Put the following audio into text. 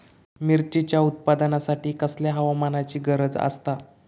मिरचीच्या उत्पादनासाठी कसल्या हवामानाची गरज आसता?